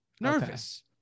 nervous